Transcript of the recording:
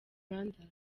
rwanda